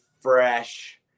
fresh